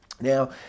Now